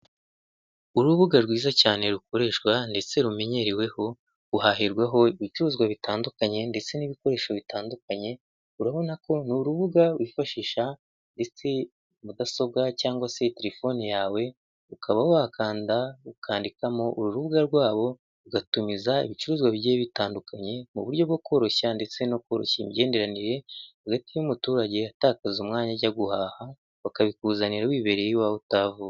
Urubuga rwiza cyane rukoreshwa ndetse rumenyereweho guhaherwaho ibicuruzwa bitandukanye ndetse n'ibikoresho bitandukanye, urabona ko ni urubuga wifashisha ndetse mudasobwa cyangwa se telefoni yawe, ukaba wakanda ukandikamo urubuga rwabo ugatumiza ibicuruzwa bigiye bitandukanye mu buryo bwo koroshya ndetse no koroshya imigenderanire hagati y'umuturage atakakaza umwanya ujya guhaha bakabikuzanira wibereye iwawe utahavuye.